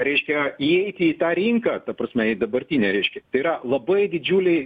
reiškia įeiti į tą rinką ta prasme į dabartinę reiškias tai yra labai didžiuliai